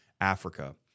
Africa